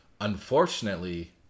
Unfortunately